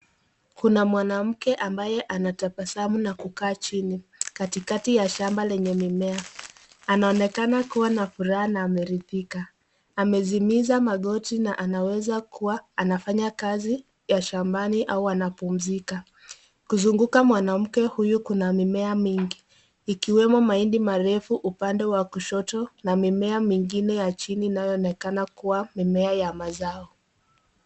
Kuna mwanamke ambaye anatabasamu na kukaa chini katikati ya shamba lenye mimea. Anaonekana kuwa na furaha na ameridhika. Ameziimiza magoti na anaweza kuwa anafanya kazi ya shambani au anapumzika. Kuzunguka mwanamke huyu kuna mimea mingi. Ikiwemo mahindi marefu upande wa kushoto, na mimea mingine upande wa chini inayoonekana kuwa mimea ya mazao.